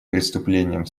преступлением